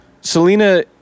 Selena